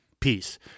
peace